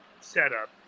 setup